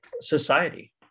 society